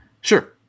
Sure